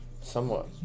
somewhat